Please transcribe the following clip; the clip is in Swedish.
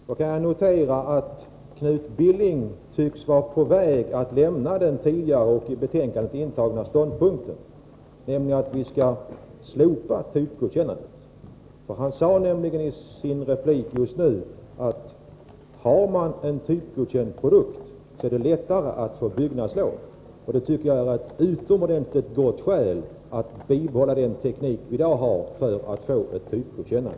Herr talman! Jag noterar att Knut Billing tycks vara på väg att lämna den tidigare intagna ståndpunkten att vi skall slopa typgodkännandet. Han sade nämligen i sin replik nu att har man en typgodkänd produkt är det lättare att få byggnadslov. Det tycker jag är ett utomordentligt gott skäl att behålla den teknik vi har i dag för att få ett typgodkännande.